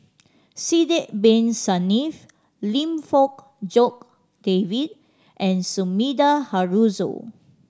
Sidek Bin Saniff Lim Fong Jock David and Sumida Haruzo